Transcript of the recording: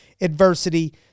adversity